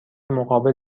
مقابل